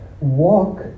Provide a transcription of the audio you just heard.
Walk